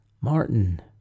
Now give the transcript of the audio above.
Martin